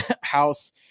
house